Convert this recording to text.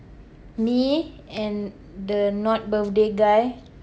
me and the not birthday guy